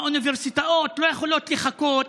האוניברסיטאות לא יכולות לחכות